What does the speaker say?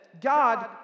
God